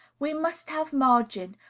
we must have margin,